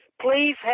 Please